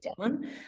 down